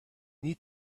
need